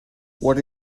what